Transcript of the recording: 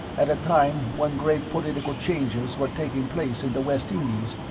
at a time when great political changes were taking place in the west indies,